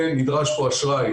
ונדרש פה אשראי.